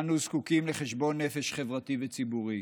אנו זקוקים לחשבון נפש חברתי וציבורי.